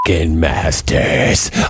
Masters